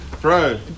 Bro